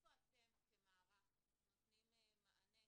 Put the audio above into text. איפה אתם כמערך נותנים מענה